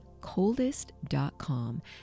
coldest.com